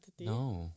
No